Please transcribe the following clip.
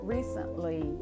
Recently